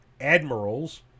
Admirals